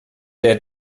der